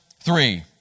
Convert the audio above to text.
three